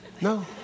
No